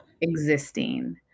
existing